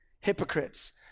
Hypocrites